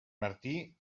martí